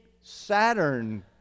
Saturn